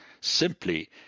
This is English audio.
simply